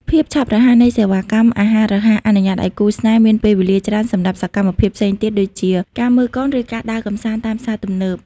ភាពឆាប់រហ័សនៃសេវាកម្មអាហាររហ័ស អនុញ្ញាតឱ្យគូស្នេហ៍មានពេលវេលាច្រើនសម្រាប់សកម្មភាពផ្សេងទៀតដូចជា ការមើលកុន ឬការដើរកម្សាន្តតាមផ្សារទំនើប។